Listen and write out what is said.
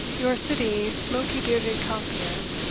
your sooty smoky-bearded compeer,